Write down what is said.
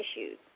issues